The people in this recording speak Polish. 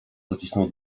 zacisnął